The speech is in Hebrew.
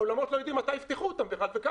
האולמות לא יודעים מתי יפתחו אותם וכמה,